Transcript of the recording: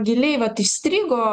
giliai vat įstrigo